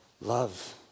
love